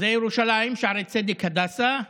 ירושלים, שערי צדק, הדסה,